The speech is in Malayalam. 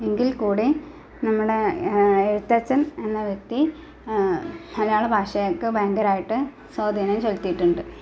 എങ്കില് കൂടി നമ്മളെ എഴുത്തച്ഛന് എന്ന വ്യക്തി മലയാള ഭാഷയ്ക്ക് ഭയങ്കരായിട്ട് സ്വാധിനം ചൊലുത്തിയിട്ടുണ്ട്